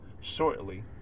shortly